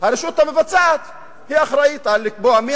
והרשות המבצעת היא האחראית לקבוע מי